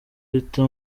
bita